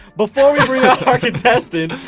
before our contestants,